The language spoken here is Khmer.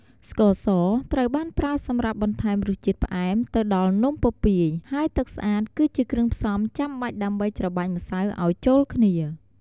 ស្ករស ត្រូវបានប្រើសម្រាប់បន្ថែមរសជាតិផ្អែមទៅដល់នំពពាយ ហើយទឹកស្អាត គឺជាគ្រឿងផ្សំចាំបាច់ដើម្បីច្របាច់ម្សៅឲ្យចូលគ្នា។